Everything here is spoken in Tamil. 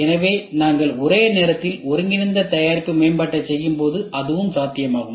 எனவே நாங்கள் ஒரே நேரத்தில் ஒருங்கிணைந்த தயாரிப்பு மேம்பாட்டைச் செய்யும்போது அதுவும் சாத்தியமாகும்